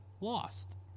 lost